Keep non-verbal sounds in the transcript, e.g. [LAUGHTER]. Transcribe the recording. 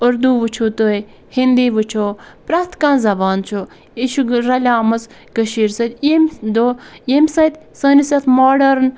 اردو وٕچھِو تُہۍ ہِنٛدی وٕچھو پرٛٮ۪تھ کانٛہہ زَبان چھُ یہِ چھُ [UNINTELLIGIBLE] رَلیمٕژ کٔشیٖرِ سۭتۍ ییٚمہِ دۄہ ییٚمہِ سۭتۍ سٲنِس یَتھ ماڈٲرٕن